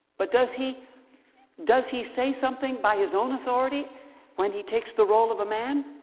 but does he does he say something by his own authority when he takes the role of a man?